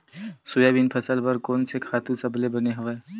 Soybean फसल बर कोन से खातु सबले बने हवय?